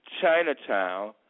Chinatown